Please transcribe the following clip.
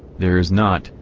there is not,